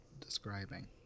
describing